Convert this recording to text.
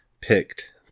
picked